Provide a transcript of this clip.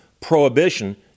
prohibition